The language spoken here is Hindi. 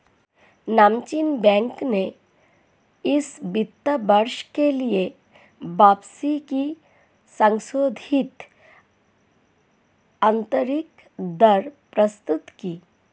नामचीन बैंक ने इस वित्त वर्ष के लिए वापसी की संशोधित आंतरिक दर प्रस्तुत की